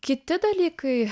kiti dalykai